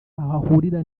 ahurira